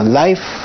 life